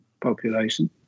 population